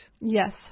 Yes